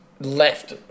left